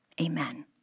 Amen